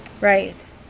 Right